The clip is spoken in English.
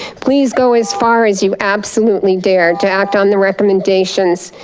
please go as far as you absolutely dare to act on the recommendations.